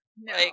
No